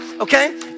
okay